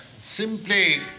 simply